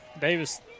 Davis